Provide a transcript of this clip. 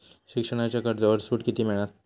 शिक्षणाच्या कर्जावर सूट किती मिळात?